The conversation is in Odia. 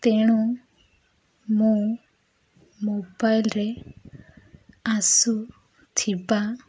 ତେଣୁ ମୁଁ ମୋବାଇଲରେ ଆସୁଥିବା